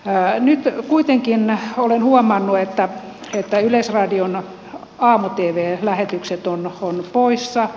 nyt kuitenkin olen huomannut että yleisradion aamu tv lähetykset ovat poissa